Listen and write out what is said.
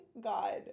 god